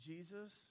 Jesus